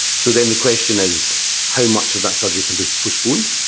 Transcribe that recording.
so then the question is how much of that surgery can be postponed.